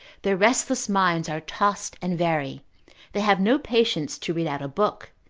their restless minds are tossed and vary they have no patience to read out a book,